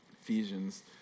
Ephesians